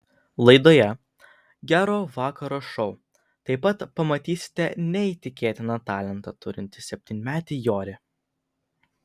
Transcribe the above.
laidoje gero vakaro šou taip pat pamatysite neįtikėtiną talentą turintį septynmetį jorį